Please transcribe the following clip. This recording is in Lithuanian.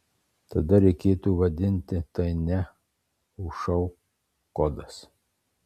tada reikėtų vadinti tai ne o šou kodas